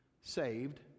saved